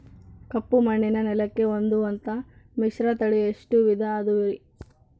ಕಪ್ಪುಮಣ್ಣಿನ ನೆಲಕ್ಕೆ ಹೊಂದುವಂಥ ಮಿಶ್ರತಳಿ ಎಷ್ಟು ವಿಧ ಅದವರಿ?